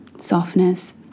softness